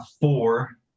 four